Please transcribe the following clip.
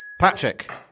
Patrick